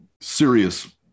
serious